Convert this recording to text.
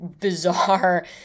bizarre